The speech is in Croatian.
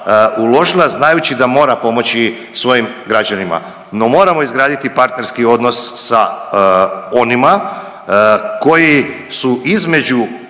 uložila znajući da mora pomoći svojim građanima. No moramo izgraditi partnerski odnos sa onima koji su između